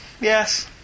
Yes